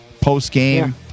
post-game